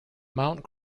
mount